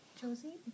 Josie